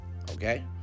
Okay